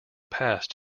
passed